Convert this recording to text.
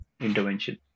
intervention